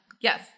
Yes